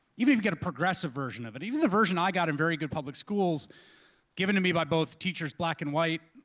even if you get a progressive version of it, even the version i got in very good public schools given to me by both teachers black, and white,